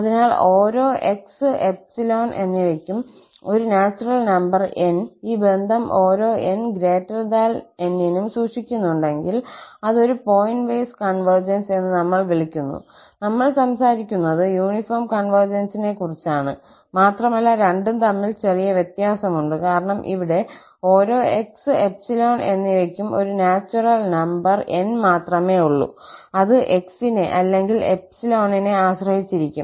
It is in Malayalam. അതിനാൽ ഓരോ 𝑥𝜖 എന്നിവയ്ക്കും ഒരു നാച്ചുറൽ നമ്പർ 𝑁 ഈ ബന്ധം ഓരോ n≥N നും സൂക്ഷിക്കുന്നുണ്ടെങ്കിൽ അത് ഒരു പോയിന്റ് വൈസ് കോൺവെർജൻസ് എന്ന് നമ്മൾ വിളിക്കുന്നു നമ്മൾ സംസാരിക്കുന്നത് യൂണിഫോം കോൺവെർജൻസിനെ കുറിച്ചാണ് മാത്രമല്ല രണ്ടും തമ്മിൽ ചെറിയ വ്യത്യാസം ഉണ്ട് കാരണം ഇവിടെ ഓരോ 𝑥 𝜖 എന്നിവയ്ക്കും ഒരു നാച്ചുറൽ നമ്പർ 𝑁 മാത്രമേ ഉള്ളൂ അത് xനെ അല്ലെങ്കിൽ നെ ആശ്രയിച്ചിരിക്കും